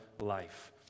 life